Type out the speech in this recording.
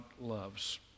loves